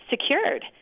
secured